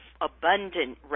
abundant